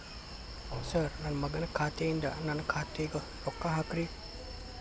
sir ನನ್ನ ಮಗನ ಖಾತೆ ಯಿಂದ ನನ್ನ ಖಾತೆಗ ರೊಕ್ಕಾ ಹಾಕ್ರಿ